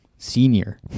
Senior